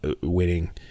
winning